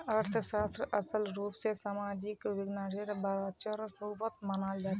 अर्थशास्त्रक असल रूप स सामाजिक विज्ञानेर ब्रांचेर रुपत मनाल जाछेक